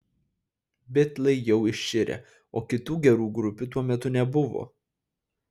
bitlai jau iširę o kitų gerų grupių tuo metu nebuvo